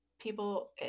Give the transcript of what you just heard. people